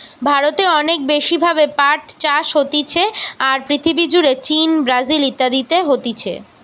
ভারতে অনেক বেশি ভাবে পাট চাষ হতিছে, আর পৃথিবী জুড়ে চীন, ব্রাজিল ইত্যাদিতে হতিছে